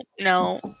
no